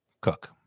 Cook